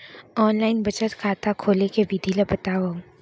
Online बचत खाता खोले के विधि ला बतावव?